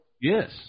Yes